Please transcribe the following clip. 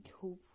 hope